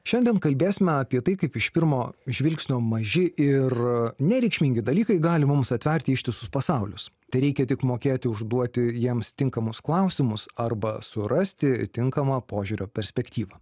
šiandien kalbėsime apie tai kaip iš pirmo žvilgsnio maži ir nereikšmingi dalykai gali mums atverti ištisus pasaulius tereikia tik mokėti užduoti jiems tinkamus klausimus arba surasti tinkamą požiūrio perspektyvą